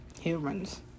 Humans